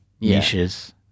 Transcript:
niches